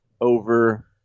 over